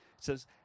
says